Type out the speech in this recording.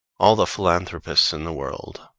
all the philanthropists in the world,